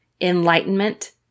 enlightenment